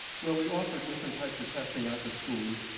well we offer different types of testing at the school